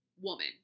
woman